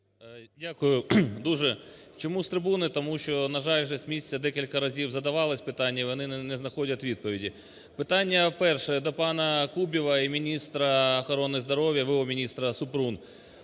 Дякую дуже. Чому з трибуни? Тому що, на жаль, вже з місця декілька разів задавалися питання, і вони не знаходять відповіді. Питання перше до панаКубіва і міністра охорони здоров'я, в.о.міністра Супрун.